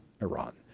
Iran